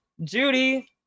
Judy